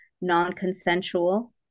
non-consensual